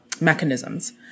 mechanisms